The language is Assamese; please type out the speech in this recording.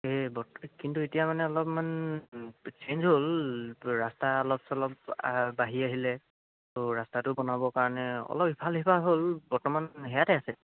এই কিন্তু এতিয়া মানে অলপমান চেঞ্জ হ'ল ৰাস্তা অলপ চলপ বাঢ়ি আহিলে তো ৰাস্তাটো বনাবৰ কাৰণে অলপ ইফাল সিফাল হ'ল বৰ্তমান সেয়াতে আছে